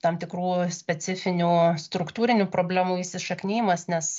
tam tikrų specifinių struktūrinių problemų įsišaknijimas nes